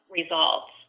results